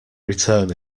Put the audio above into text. return